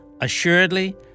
Assuredly